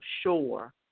sure